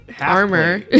armor